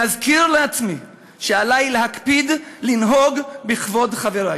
להזכיר לעצמי שעלי להקפיד לנהוג בכבוד חברי.